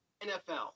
NFL